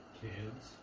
kids